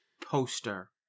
poster